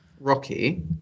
Rocky